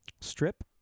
strip